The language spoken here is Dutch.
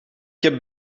heb